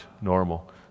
normal